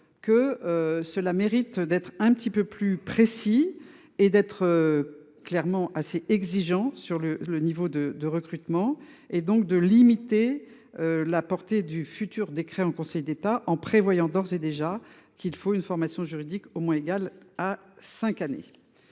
que cela mérite d'être un petit peu plus précis et d'être. Clairement assez exigeants sur le le niveau de de recrutement et donc de limiter la portée du futur décret en Conseil d'État en prévoyant d'ores et déjà qu'il faut une formation juridique au moins égale à 5 années.